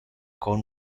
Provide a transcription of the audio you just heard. con